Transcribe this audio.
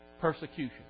persecution